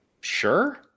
Sure